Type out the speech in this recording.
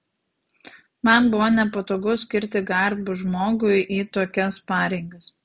man buvo nepatogu skirti garbų žmogų į tokias pareigas